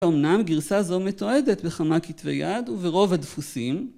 אמנם גרסה זו מתועדת בכמה כתבי יד וברוב הדפוסים.